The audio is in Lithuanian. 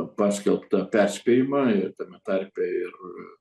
paskelbtą perspėjimą ir tame tarpe ir